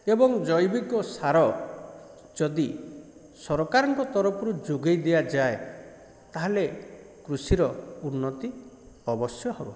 ଏବଂ ଜୈବିକ ସାର ଯଦି ସରକାରଙ୍କ ତରଫରୁ ଯୋଗାଇ ଦିଆଯାଏ ତାହେଲେ କୃଷିର ଉନ୍ନତି ଅବଶ୍ୟ ହବ